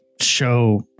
show